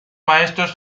maestros